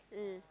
mm